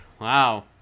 Wow